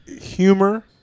humor